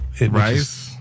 rice